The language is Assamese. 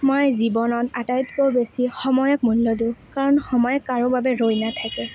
মই জীৱনত আটাইতকৈ বেছি সময়ক মূল্য দিওঁ কাৰণ সময় কাৰো বাবে ৰৈ নাথাকে